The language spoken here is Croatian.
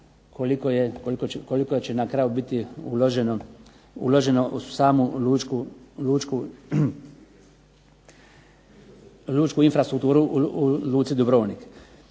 koliko će na kraju biti uloženo u samu lučku infrastrukturu u luci Dubrovnik.